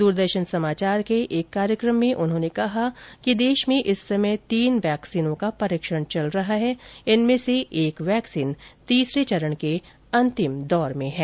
दूरदर्शन समाचार के एक कार्यक्रम में उन्होंने कहा कि देश में इस समय तीन वैक्सीनों का परीक्षण चल रहा हैं जिनमें से एक वैक्सीन तीसरे चरण के अंतिम दौर में है